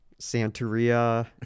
Santeria